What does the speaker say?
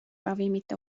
ravimite